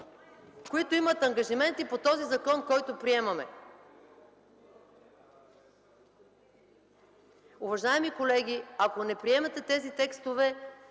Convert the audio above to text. които имат ангажименти по този закон, който приемаме? Уважаеми колеги, ако не приемете тези текстове,